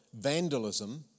vandalism